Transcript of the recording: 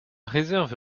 réserve